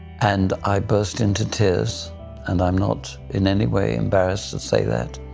and i burst into tears and i'm not in any way embarrassed to say that,